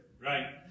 Right